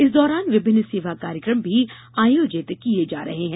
इस दौरान विभिन्न सेवा कार्यक्रम भी आयोजित किए जा रहे हैं